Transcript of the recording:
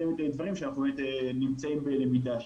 אלה דברים שאנחנו נמצאים בלמידה שלהם.